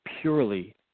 purely